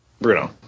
Bruno